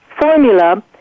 formula